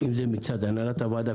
אם מצד הנהלת הוועדה,